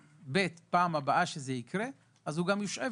בפעם הבאה שזה יקרה עובד כזה יושהה